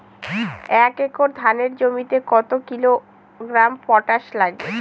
এক একর ধানের জমিতে কত কিলোগ্রাম পটাশ লাগে?